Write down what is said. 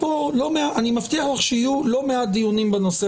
אני מבטיח לך שיהיו לא מעט דיונים בנושא